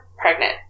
pregnant